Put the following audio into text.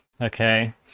Okay